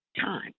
time